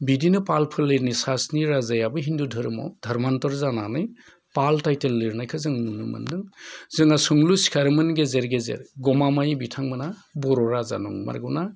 बिदिनो पाल फोलेरनि सासनि राजायाबो हिन्दु धोरोमाव धरमान्थर जानानै पाल थाइथेल लिरनायखो जों नुनो मोन्दो जों हा सोंलु सिखारोमोन गेजेर गेजेर गमामायै बिथांमोना बर' राजा नंमारगौना